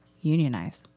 unionize